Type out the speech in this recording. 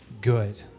good